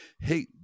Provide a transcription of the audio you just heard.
Hey